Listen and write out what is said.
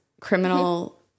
criminal